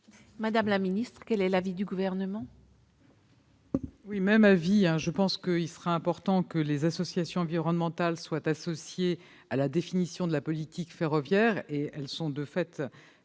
Mme la ministre. Quel est l'avis du Gouvernement ?